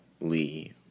Lee